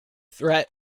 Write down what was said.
threat